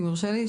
אם יורשה לי,